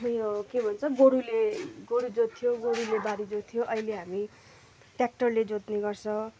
उयो के भन्छ गोरुले गोरु जोत्थ्यौँ गोरुले बारी जोत्थ्यो अहिले हामी ट्य्राक्टरले जोत्ने गर्छ